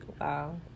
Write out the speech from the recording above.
Wow